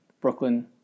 Brooklyn